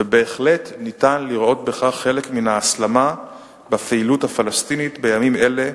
ובהחלט ניתן לראות בכך חלק מן ההסלמה בפעילות הפלסטינית בימים אלה,